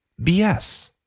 BS